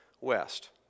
West